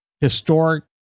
Historic